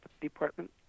department